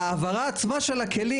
ההעברה עצמה של הכלים,